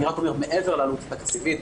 אני רק אומר שמעבר לעלות התקציבית,